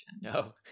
no